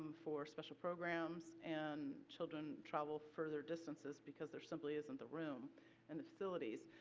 for special programs and children travel further distances because there simply isn't the room and facilities.